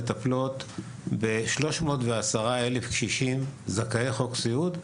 מטפלות ב-310 קשישים זכאי חוק סיעוד,